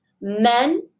Men